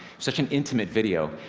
such an intimate video.